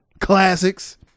Classics